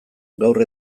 gaur